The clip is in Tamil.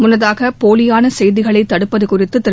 முன்னதாக போலியான செய்திகளை தடுப்பது குறித்து திரு